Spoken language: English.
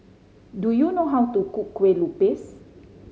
do you know how to cook Kueh Lupis